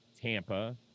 Tampa